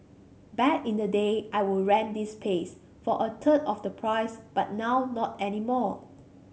back in the day I would rent this place for a third of the price but now not anymore